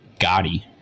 Gotti